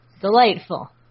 delightful